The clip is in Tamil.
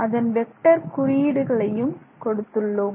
அதன் வெக்டர் குறியீடுகளையும் கொடுத்துள்ளோம்